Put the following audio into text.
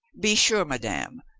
be sure, madame,